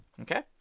Okay